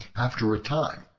after a time,